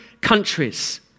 countries